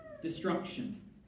destruction